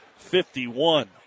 51